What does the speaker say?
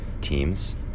teams